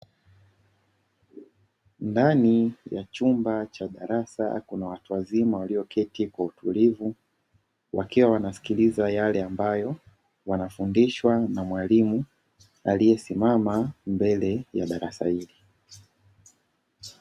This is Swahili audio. Ndani ya chumba cha darasa kuna watu wazima walioketi kwa utulivu, wakiwa wanasikilza yale ambayo wanafundishwa na mwalimu aliyesimama mbele ya darasa hilo.